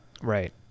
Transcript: Right